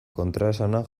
kontraesana